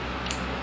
true